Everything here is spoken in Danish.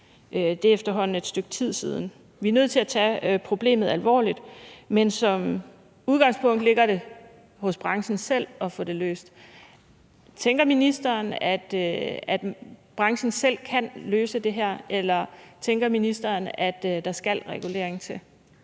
Det er efterhånden et stykke tid siden. Vi er nødt til at tage problemet alvorligt, men som udgangspunkt ligger det hos branchen selv at få det løst. Tænker ministeren, at branchen selv kan løse det her, eller tænker ministeren, at der skal regulering til?